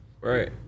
right